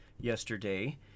yesterday